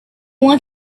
want